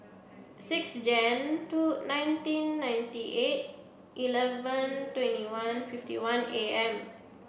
six Jan two nineteen ninety eight eleven twenty one fifty one A M